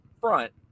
front